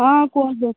ହଁ କୁହନ୍ତୁ